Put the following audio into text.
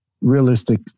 realistic